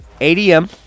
ADM